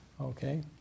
Okay